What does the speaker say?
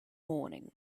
morning